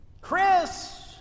Chris